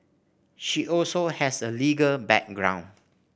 she also has a legal background